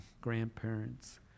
grandparents